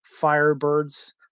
Firebirds